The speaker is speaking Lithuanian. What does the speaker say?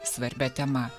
svarbia tema